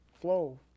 flow